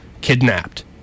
kidnapped